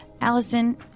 Allison